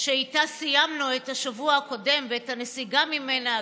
שאיתה סיימנו את השבוע הקודם ואת הנסיגה ממנה,